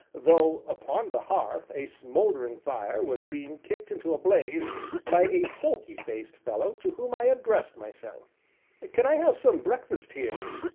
though upon the hearth a smouldering fire was being kicked into a blaze by a sulky-faced fellow, to whom i addressed myself can i have some breakfast here?